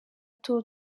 tour